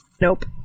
Nope